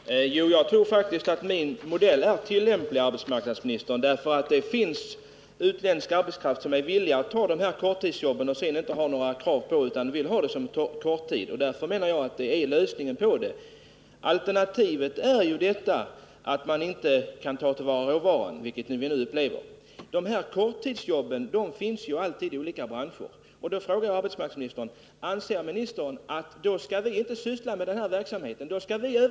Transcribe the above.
Herr talman! Jag tror faktiskt att min modell är tillämplig, herr arbetsmarknadsminister. Det finns utländsk arbetskraft som är villig att ta dessa jobb just som korttidsjobb och som sedan inte har några krav. Därför menar jag att detta är en lösning på problemet. Alternativet är att man inte kan ta till vara råvaran, vilket vi nu upplever. Sådana här korttidsjobb finns alltid i olika branscher. Jag vill fråga arbetsmarknadsministern: Anser ministern att vi inte skall syssla med sådan verksamhet där detta kan inträffa?